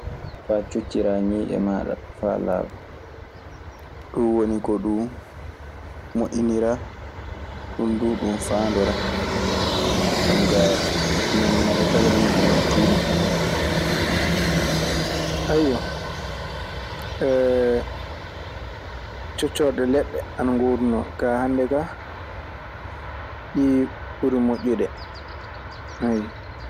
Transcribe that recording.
Faa cocciraa ñiiƴe maa faa laaɓa. Ɗun woni ko ɗun moƴƴiniraa. Ɗun duu ɗun faandoraa. Jon kaa, mande kala ƴiiƴe maa tuunni. Ayyo, coccorɗe leɗɗe ngoodunoo. Kaa hannde ka, ɗii ɓuri moƴƴude.